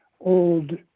old